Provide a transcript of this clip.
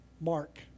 Mark